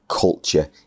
culture